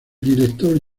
director